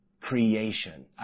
creation